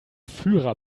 führer